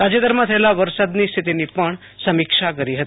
તાજેતરમાં થયેલા વરસાદની સ્થિતિની પણ સમિક્ષા કરી હતી